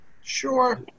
Sure